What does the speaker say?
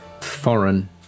foreign